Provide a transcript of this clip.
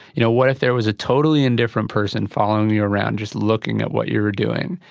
you know what if there was a totally indifferent person following you around just looking at what you were doing,